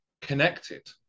connected